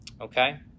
okay